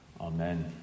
Amen